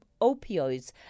opioids